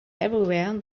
everywhere